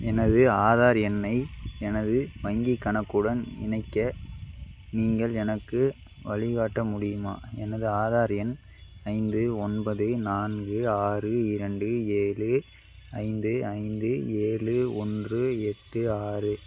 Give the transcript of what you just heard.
எனது ஆதார் எண்ணை எனது வங்கிக் கணக்குடன் இணைக்க நீங்கள் எனக்கு வழிகாட்ட முடியுமா எனது ஆதார் எண் ஐந்து ஒன்பது நான்கு ஆறு இரண்டு ஏழு ஐந்து ஐந்து ஏழு ஒன்று எட்டு ஆறு